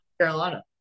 Carolina